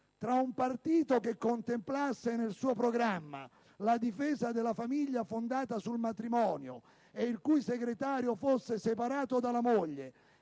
«Tra un partito che contemplasse nel suo programma la difesa della famiglia fondata sul matrimonio, e il cui segretario fosse separato dalla moglie,